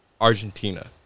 Argentina